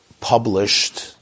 Published